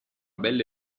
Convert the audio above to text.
bella